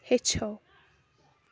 ہیٚچھو